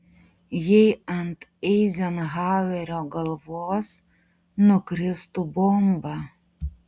jei ant eizenhauerio galvos nukristų bomba